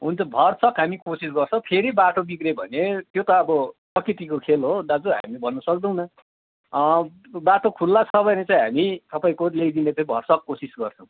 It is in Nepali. हुन्छ भरसक हामी कोसिस गर्छौँ फेरि बाटो बिग्रियो भने त्यो त अब प्रकृतिको खेल हो दाजु हामी भन्नुसक्दैनौँ बाटो खुल्ला छ भने चाहिँ हामी तपाईँको ल्याइदिने चाहिँ भरसक कोसिस गर्छौँ